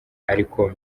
ariko